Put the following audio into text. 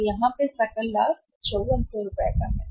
तो यहाँ या कहें कि सकल लाभ होगा यहाँ ५४०० है